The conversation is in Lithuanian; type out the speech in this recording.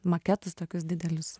maketus tokius didelius